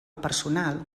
personal